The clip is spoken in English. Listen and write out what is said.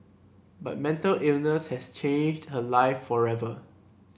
but mental illness has changed her life forever